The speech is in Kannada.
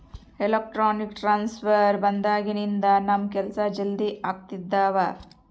ಎಲೆಕ್ಟ್ರಾನಿಕ್ ಟ್ರಾನ್ಸ್ಫರ್ ಬಂದಾಗಿನಿಂದ ನಮ್ ಕೆಲ್ಸ ಜಲ್ದಿ ಆಗ್ತಿದವ